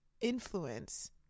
influence